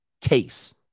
case